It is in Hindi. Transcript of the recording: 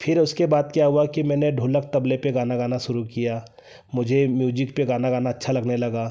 फिर उसके बाद क्या हुआ कि मैंने ढोलक तबले पर गाना गाना शुरू किया मुझे म्यूज़िक पर गाना गाना अच्छा लगने लगा